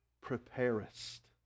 preparest